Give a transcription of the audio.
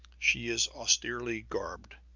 she is austerely garbed,